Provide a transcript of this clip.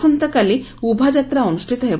ଆସନ୍ତାକାଲି ଉଭା ଯାତ୍ରା ଅନୁଷ୍ପିତ ହେବ